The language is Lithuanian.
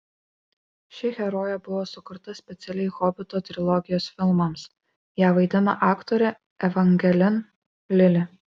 ši herojė buvo sukurta specialiai hobito trilogijos filmams ją vaidina aktorė evangelin lili